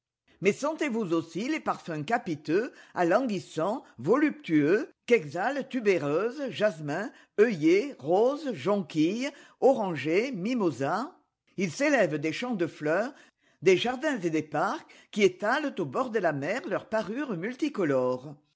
mais sentez-vous aussi les parfums capiteux alanguissants voluptueux qu'exhalent tubéreuses jasmins œillets roses jonquilles orangers mimosas ils s'élèvent des champs de fleurs des jardins et des parcs qui étalent aux bords de la mer leur parure